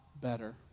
better